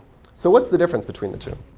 so what's the difference between the two?